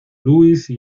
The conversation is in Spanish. louise